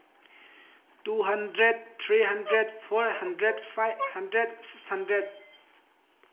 two hundred three hundred four hundred five hundred six hundred